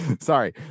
Sorry